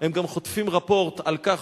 הם גם חוטפים רפורט על כך.